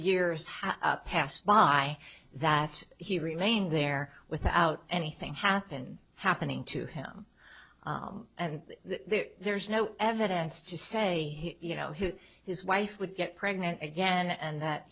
years have passed by that he remained there without anything happen happening to him and there's no evidence to say you know him his wife would get pregnant again and that